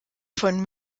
von